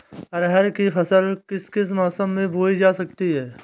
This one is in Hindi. अरहर की फसल किस किस मौसम में बोई जा सकती है?